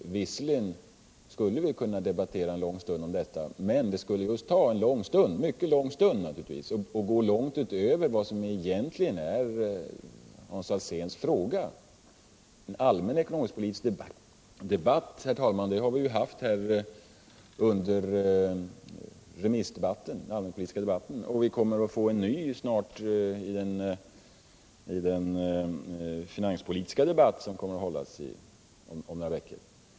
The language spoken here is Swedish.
Visserligen skulle vi kunna debattera en lång stund om detta — men då skulle det bli just en mycket lång stund och gå långt utöver vad Hans Alséns fråga egentligen gäller. En allmän ekonomisk-politisk diskussion har vi haft under den allmänpolitiska debatten, och vi kommer snart att få en ny i finansdebatten om några veckor.